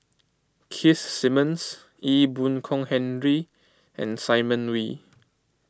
Keith Simmons Ee Boon Kong Henry and Simon Wee